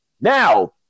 Now